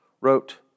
wrote